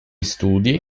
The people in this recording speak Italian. studi